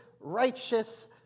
righteous